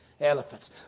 Elephants